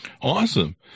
awesome